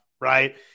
right